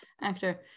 actor